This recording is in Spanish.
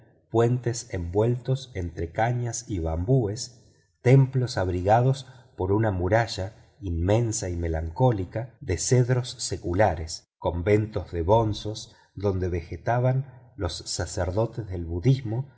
puentes envueltos entre cañas y bambúes templos abrigados por una muralla inmensa y melancólica de cedros seculares conventos de bonzos donde vegetaban los sacerdotes del budismo